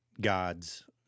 God's